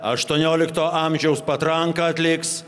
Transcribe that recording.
aštuoniolikto amžiaus patranka atliks